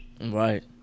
Right